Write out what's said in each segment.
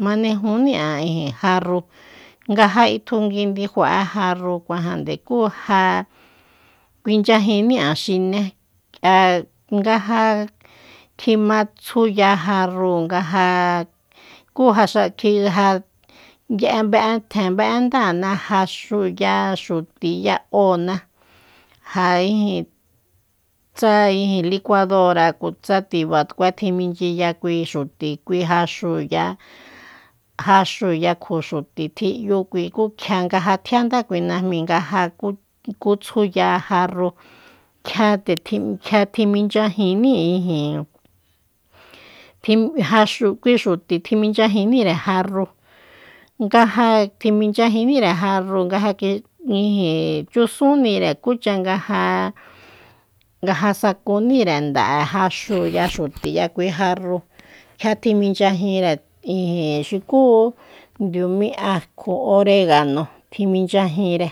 Manejuní'an ijin jarru nga ja itjungui ndifa'e jarru kuajande kú ja kuinchyajiní'an xine k'ia nga ja kjimatsuya jarru nga ja ku ja xa kji ja ye'e be'e tjen be'endána jaxu ya xuti ya óona ja ijin tsa ijin likuadora utsa tibatkue tjinminchyiya kui xuti kui jaxúu ya jaxúu ya kjo xuti tji'yu kukuinga nga ja tjianga kui najmi nga ja kutsjuya jarru kjia nde tjiminchyajíni ijin jaxu kui xuti tjiminchyajinníre jarru nga ja tjiminchyajínire jarru nga ja ki- ijin chusúnnire cucha nga- nga ja sakunire nda'e jaxúu ya xuti ya kui jarru kjia tjiminchyaginre ijin xukú ndiumí'a kjo oregano tjiminchyajinre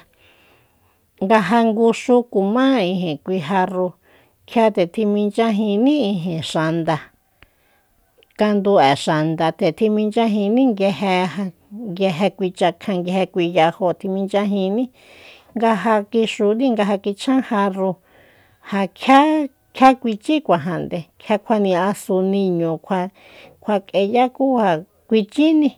nga ja ngúxú kuma ijin kui jarrúu kjia nde tjiminchyajíni ijin xanda kandu'e xanda nde tjiminchyajíni nguije- nguije kui chakjáan nguije kui yajóo tjiminchyajíní nga ja kixuní nga ja kichjan jarru ja kjia. kjia kuichícuajande kjia kjuani'asu niñu kjua- kjua k'eya ku ja kuichíni